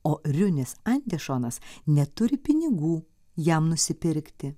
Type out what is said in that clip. o riunis andešonas neturi pinigų jam nusipirkti